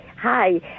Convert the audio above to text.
Hi